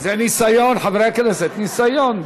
זה ניסיון, חברי הכנסת, ניסיון.